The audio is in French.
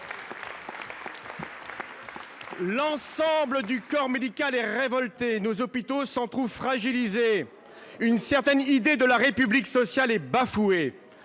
L’ensemble du corps médical est révolté. Nos hôpitaux s’en trouvent fragilisés. Une certaine idée de la République sociale est bafouée.